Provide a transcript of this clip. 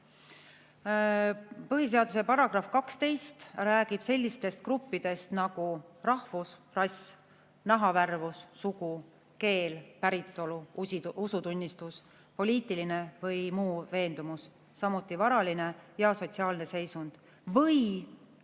Põhiseaduse § 12 räägib sellistest gruppidest nagu rahvus, rass, nahavärvus, sugu, keel, päritolu, usutunnistus, poliitiline või muu veendumus, samuti varaline ja sotsiaalne seisund või